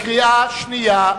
בקריאה שנייה.